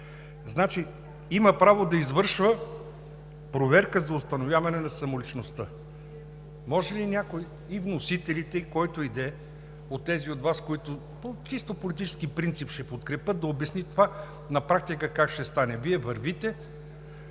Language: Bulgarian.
„Има право да извършва проверка за установяване на самоличността.“ Може ли някой – и вносителите, и който и да е от тези от Вас, които по чисто политически принцип ще го подкрепят, да обясни това на практика как ще стане? Вие вървите,